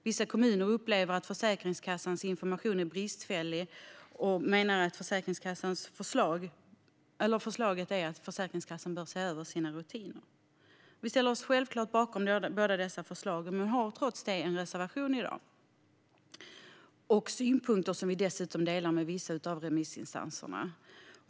Vissa kommuner upplever att Försäkringskassans information är bristfällig, och förslaget är att Försäkringskassan ska se över sina rutiner. Vi ställer oss självklart bakom båda dessa förslag, men vi har trots detta en reservation och synpunkter som vi dessutom delar med vissa av remissinstanserna.